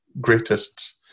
greatest